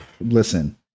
listen